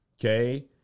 Okay